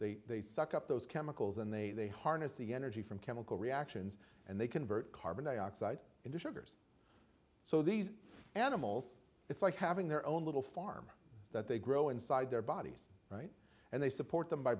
they suck up those chemicals and they they harness the energy from chemical reactions and they convert carbon dioxide into sugars so these animals it's like having their own little farm that they grow inside their bodies right and they support them by